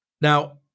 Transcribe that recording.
Now